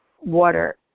water